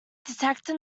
detected